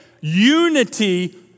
unity